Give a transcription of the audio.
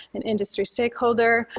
and industry stakeholder,